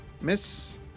miss